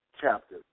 chapter